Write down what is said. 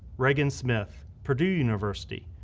reagan smith, purdue university,